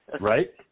Right